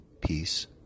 peace